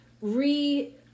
re